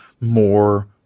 more